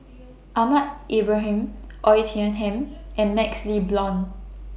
Ahmad Ibrahim Oei Tiong Ham and MaxLe Blond